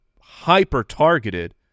Hyper-targeted